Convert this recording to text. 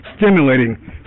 stimulating